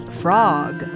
frog